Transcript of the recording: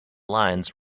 lines